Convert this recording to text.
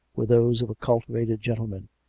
were those of a cultivated gentleman,